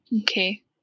Okay